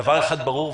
דבר אחד ברור,